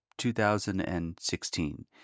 2016